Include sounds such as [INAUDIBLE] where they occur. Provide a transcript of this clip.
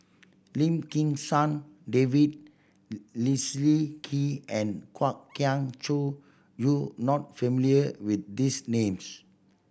Lim Kim San David [UNINTELLIGIBLE] Leslie Kee and Kwok Kian Chow you not familiar with these names